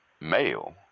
male